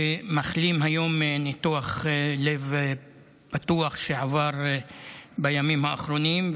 שמחלים היום מניתוח לב פתוח שעבר בימים האחרונים,